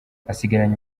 asigaranye